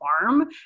farm